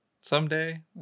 someday